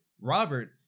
Robert